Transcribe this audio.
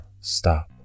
stop